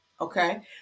Okay